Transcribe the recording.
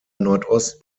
nordost